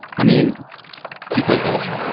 i mean, do you play golf?